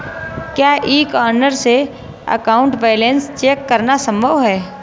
क्या e corner से account balance check करना संभव है?